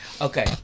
Okay